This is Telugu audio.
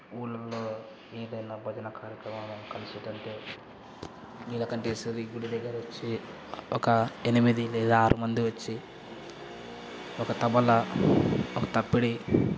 ఊళ్ళల్లో ఏదైనా భజన కార్యక్రమము కన్సర్ట్ అంటే నీలకంఠేశ్వరి గుడి దగ్గర వచ్చి ఒక ఎనిమిది లేదా ఆరు మంది వచ్చి ఒక తబలా ఒక తప్పిడి